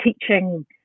teaching